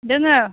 दोङो